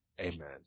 Amen